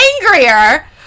angrier